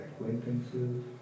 acquaintances